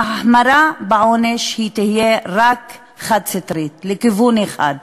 ההחמרה בעונש תהיה חד-סטרית, רק לכיוון אחד,